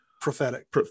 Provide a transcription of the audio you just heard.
prophetic